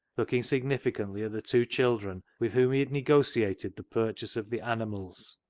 looking significantly at the two children with whom he had negotiated the purchase of the animals,